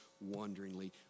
wanderingly